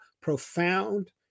profound